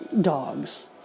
dogs